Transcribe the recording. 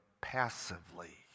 passively